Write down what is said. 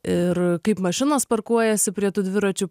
ir kaip mašinos pakuojasi prie tų dviračių